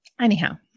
Anyhow